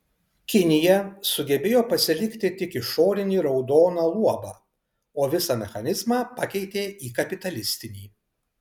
kinija sugebėjo pasilikti tik išorinį raudoną luobą o visą mechanizmą pakeitė į kapitalistinį